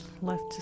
left